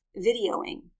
videoing